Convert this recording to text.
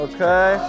Okay